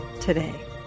today